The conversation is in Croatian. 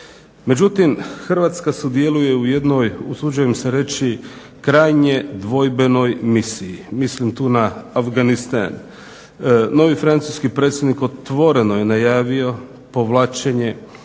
Međutim, Hrvatska sudjeluje u jednoj usuđujem se reći krajnje dvojbenoj misiji. Mislim tu na Afganistan. Novi francuski predsjednik otvoreno je najavio povlačenje francuskih